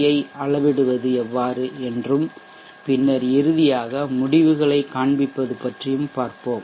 யை அளவிடுவது எவ்வாறு என்றும் பின்னர் இறுதியாக முடிவுகளைக் காண்பிப்பது பற்றியும் பார்ப்போம்